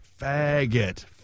Faggot